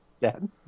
Dead